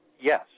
Yes